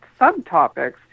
subtopics